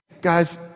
guys